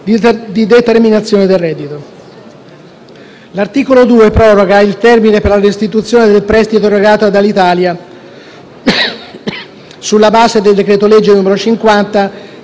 di determinazione del reddito. L'articolo 2 proroga il termine per la restituzione del prestito erogato ad Alitalia sulla base del decreto-legge n. 50